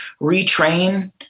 retrain